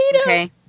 Okay